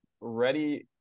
ready